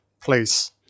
please